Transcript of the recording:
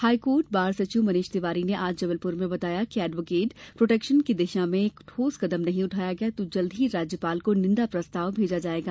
high court bar सचिव मनीष तिवारी ने आज जबलप्र में बताया कि एडवोकेट प्रोटेक्शन की दिशा में ठोस कदम नहीं उठाया गया तो जल्द ही राज्यपाल को निंदा प्रस्ताव भेजा जाएगा